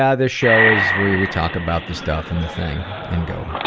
yeah, this show is, we, we talk about the stuff and the thing and go,